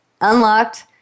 unlocked